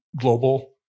global